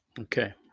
Okay